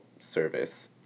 service